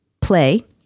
play